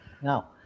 Now